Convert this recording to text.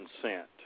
consent